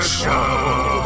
show